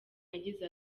yagize